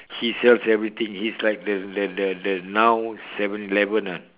he sells everything he's like the the the the now seven eleven ah